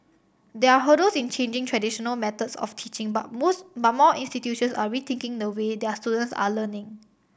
there are hurdles in changing traditional methods of teaching but most but more institutions are rethinking the way their students are learning